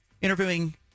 interviewing